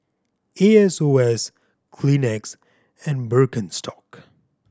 A S O S Kleenex and Birkenstock